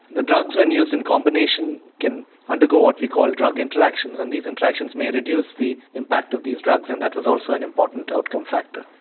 the drugs when used in combination can undergo what we call drug interactions and these interactions may reduce the impact of these drugs and that was also an important outcome factor.